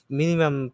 minimum